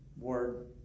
word